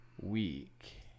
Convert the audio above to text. week